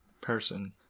person